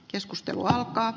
keskustelu alkaa